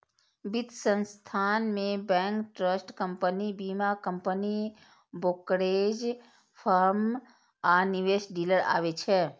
वित्त संस्थान मे बैंक, ट्रस्ट कंपनी, बीमा कंपनी, ब्रोकरेज फर्म आ निवेश डीलर आबै छै